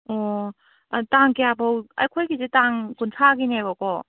ꯑꯣ ꯇꯥꯡ ꯀꯌꯥꯐꯥꯎ ꯑꯩꯈꯣꯏꯒꯤꯁꯦ ꯇꯥꯡ ꯀꯨꯟꯊ꯭ꯔꯥꯒꯤꯅꯦꯕꯀꯣ